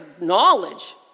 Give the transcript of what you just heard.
knowledge